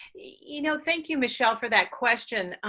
you know thank you michelle for that question.